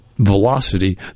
velocity